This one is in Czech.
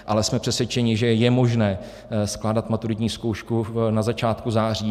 Ale jsme přesvědčeni, že je možné skládat maturitní zkoušku na začátku září.